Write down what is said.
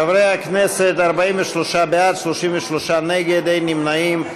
חברי הכנסת, 43 בעד, 33 נגד, אין נמנעים.